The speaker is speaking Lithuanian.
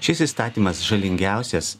šis įstatymas žalingiausias